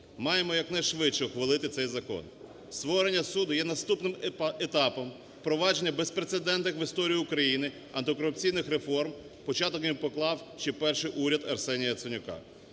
маємо якнайшвидше ухвалити цей закон. Створення суду є наступним етапом впровадження безпрецедентних в історії України антикорупційних реформ, початком їм поклав ще перший уряд Арсенія Яценюка.